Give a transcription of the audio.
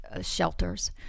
shelters